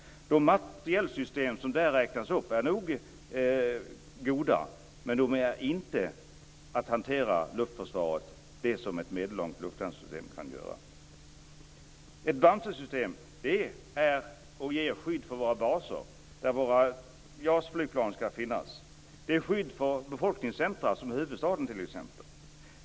De materielsystem som där räknas upp är nog goda, men man kan inte hantera luftförsvaret på samma sätt med dem som man kan göra med ett medellångt luftvärnssystem. Ett Bamsesystem ger skydd för våra baser där våra JAS-flygplan skall finnas. Det ger skydd för befolkningscentrum som t.ex. huvudstaden.